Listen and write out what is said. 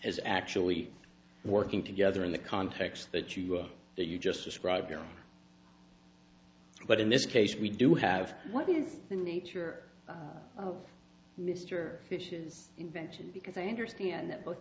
as actually working together in the context that you wrote that you just described but in this case we do have what is the nature of mr fish's invention because i understand that both